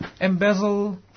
embezzle